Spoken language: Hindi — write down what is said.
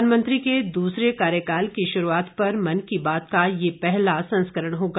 प्रधानमंत्री के दूसरे कार्यकाल की शुरूआत पर मन की बात का यह पहला संस्करण होगा